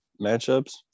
matchups